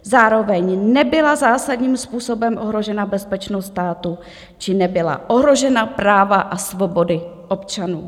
Zároveň nebyla zásadním způsobem ohrožena bezpečnost státu či nebyla ohrožena práva a svobody občanů.